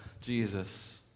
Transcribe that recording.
Jesus